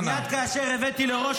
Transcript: קראתי אותך לסדר,